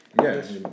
Yes